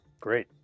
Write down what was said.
Great